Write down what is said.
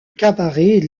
cabaret